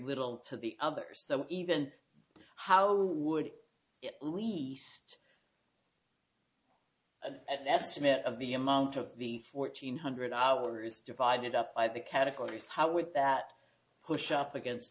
little to the other so even how would we at the estimate of the amount of the fourteen hundred hours divided up by the categories how would that push up against